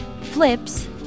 flips